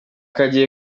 izindi